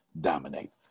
dominate